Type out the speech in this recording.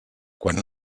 quan